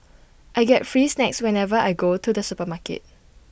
I get free snacks whenever I go to the supermarket